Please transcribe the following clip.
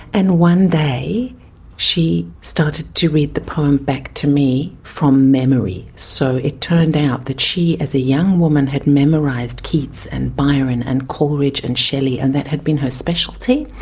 and one day she started to read the poem back to me from memory. so it turned out that she as a young woman had memorised keats and byron and coleridge and shelley, and that had been her specialty,